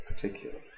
particularly